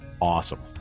Awesome